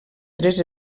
tres